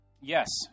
Yes